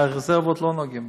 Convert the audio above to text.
ברזרבות לא נוגעים.